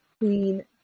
Queen